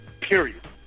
Period